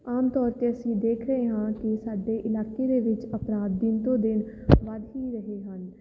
ਆਮ ਤੌਰ 'ਤੇ ਅਸੀਂ ਦੇਖ ਰਹੇ ਹਾਂ ਕਿ ਸਾਡੇ ਇਲਾਕੇ ਦੇ ਵਿੱਚ ਅਪਰਾਧ ਦਿਨ ਤੋਂ ਦਿਨ ਵੱਧ ਹੀ ਰਹੇ ਹਨ